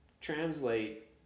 translate